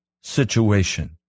situation